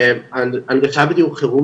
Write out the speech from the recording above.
הנגשה בדיור חירום,